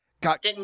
got